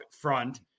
front